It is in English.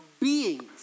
beings